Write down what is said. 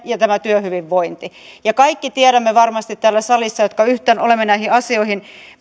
ja työhyvinvointi kaikki tiedämme varmasti täällä salissa me jotka yhtään olemme näihin asioihin